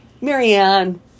Marianne